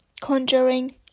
Conjuring